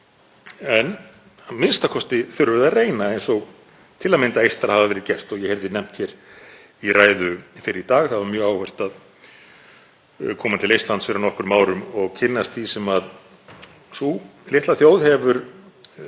En a.m.k. þurfum við að reyna, eins og til að mynda Eistar hafa gert og ég heyrði nefnt hér í ræðu fyrr í dag. Það var mjög áhugavert að koma til Eistlands fyrir nokkrum árum og kynnast því sem sú litla þjóð hefur